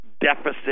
deficit